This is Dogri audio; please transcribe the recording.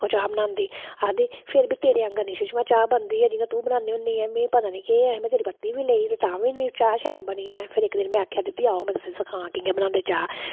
ओह् चाह् बनांदी आखदी फिर बी तेरे आंङर निं सुषमा चाह् बनदी ऐ जि'यां तू बनानी होन्नी ऐं में पता नेईं केह् ऐ में तेरी पत्ती बी लेई ते तां बी ओह् निं चाह् शैल बनी ऐ फिर इक दिन में आखेया दीदी आओ में तुसें गी सक्खां कि'यां बनांदे न चाह्